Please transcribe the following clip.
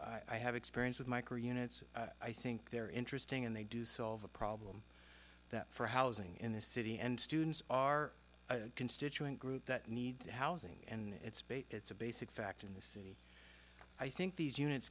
know i have experience with micro units i think they're interesting and they do solve a problem that for housing in this city and students are constituent group that need to housing and it's it's a basic fact in the city i think these units